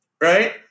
Right